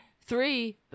three